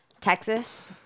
Texas